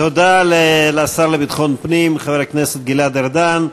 תודה לשר לביטחון פנים חבר הכנסת גלעד ארדן.